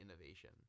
innovation